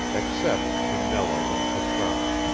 except to nello and patrasche,